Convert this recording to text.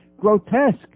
grotesque